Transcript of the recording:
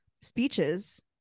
speeches